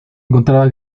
encontraba